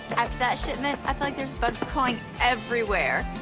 that shipment, i feel like there's bugs crawling everywhere.